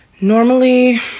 normally